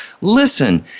listen